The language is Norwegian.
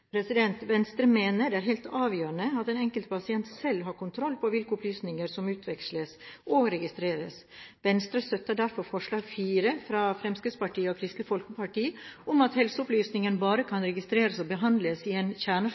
Venstre mener det er helt avgjørende at den enkelte pasient selv har kontroll på hvilke opplysninger som utveksles og registreres. Venstre støtter derfor forslag nr. 4, fra Fremskrittspartiet og Kristelig Folkeparti, om at helseopplysninger bare kan registreres og behandles i en